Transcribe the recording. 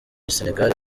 sénégal